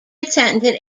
attended